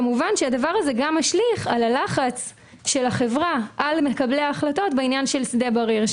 כמובן שזה גם משליך על לחץ החברה על מקבלי ההחלטות בעניין שדה בריר,